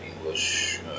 English